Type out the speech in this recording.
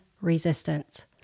resistance